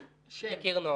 ברק.